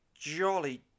jolly